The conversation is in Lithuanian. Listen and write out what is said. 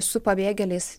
su pabėgėliais